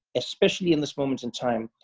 especially in this moment in time,